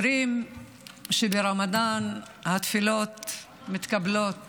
אומרים שברמדאן התפילות מתקבלות